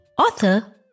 author